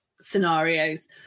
scenarios